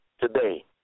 today